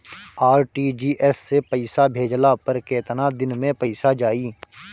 RTGS से पईसा भेजला पर केतना दिन मे पईसा जाई?